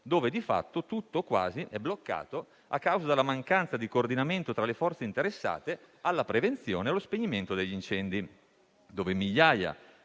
dove di fatto tutto o quasi è bloccato a causa della mancanza di coordinamento tra le forze interessate alla prevenzione e allo spegnimento degli incendi; dove migliaia